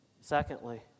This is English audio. secondly